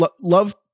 Love